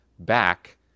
back